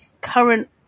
current